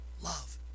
love